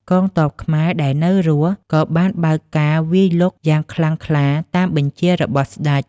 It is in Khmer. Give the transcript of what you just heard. កងទ័ពខ្មែរដែលនៅរស់ ក៏បានបើកការវាយលុកយ៉ាងខ្លាំងក្លាតាមបញ្ជារបស់ស្ដេច។